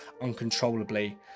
uncontrollably